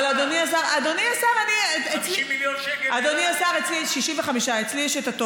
איילת נחמיאס ורבין (המחנה הציוני): אתה יודע מה,